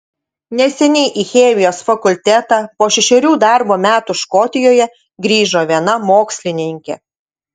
neseniai į chemijos fakultetą po šešerių darbo metų škotijoje grįžo viena mokslininkė